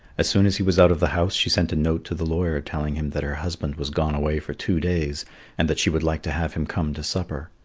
as soon as he was out of the house she sent a note to the lawyer telling him that her husband was gone away for two days and that she would like to have him come to supper.